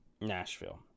Nashville